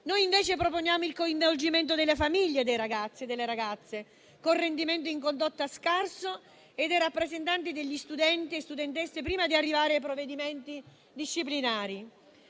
noi proponiamo il coinvolgimento delle famiglie dei ragazzi e delle ragazze con rendimento in condotta scarso e dei rappresentanti degli studenti e delle studentesse, prima di arrivare ai provvedimenti disciplinari.